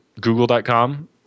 google.com